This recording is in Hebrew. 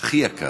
הכי יקר.